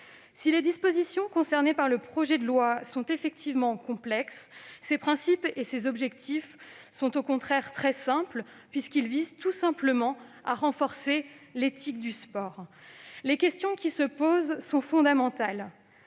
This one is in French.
Si les dispositions concernées par le projet de loi sont effectivement complexes, ses principes et ses objectifs sont au contraire très simples : ils visent tout simplement à renforcer l'éthique du sport. Les questions qui se posent sont fondamentales